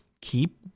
Keep